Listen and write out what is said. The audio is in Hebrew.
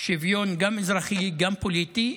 שוויון שהוא גם אזרחי, גם פוליטי,